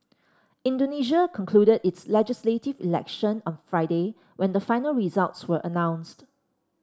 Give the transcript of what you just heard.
Indonesia concluded its legislative election on Friday when the final results were announced